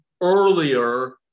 earlier